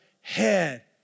head